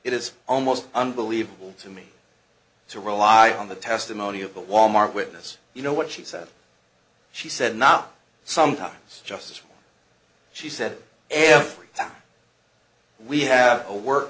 it is almost unbelievable to me to rely on the testimony of a wal mart witness you know what she said she said not sometimes just she said every time we have a work